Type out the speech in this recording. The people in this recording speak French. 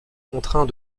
contraint